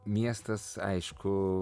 miestas aišku